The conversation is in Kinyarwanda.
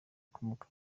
ukomoka